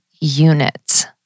unit